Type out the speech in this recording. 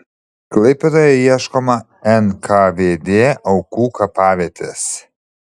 klaipėdoje ieškoma nkvd aukų kapavietės